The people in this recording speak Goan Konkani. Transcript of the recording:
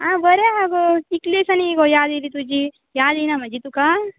आं बरें आहा गो कितलें दिसांनी गो याद येयली तुजी याद येयना म्हजी तुका